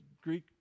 Greek